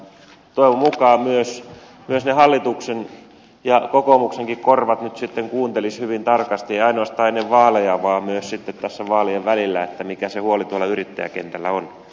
toivon mukaan myös ne hallituksen ja kokoomuksenkin korvat nyt sitten kuuntelisivat hyvin tarkasti eivät ainoastaan ennen vaaleja vaan myös sitten tässä vaalien välillä mikä se huoli tuolla yrittäjäkentällä on